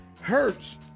hurts